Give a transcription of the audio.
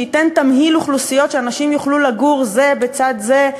שייתן תמהיל אוכלוסיות שאנשים יוכלו לגור זה בצד זה,